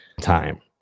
time